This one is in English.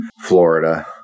Florida